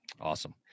Awesome